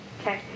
Okay